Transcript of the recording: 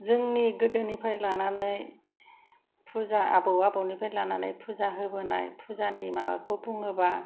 जोंनि गोदोनिफ्राय लानानै फुजा आबौ आबौनिफ्राय लानानै फुजा होबोनाय फुजानि माबाखौ बुङोबा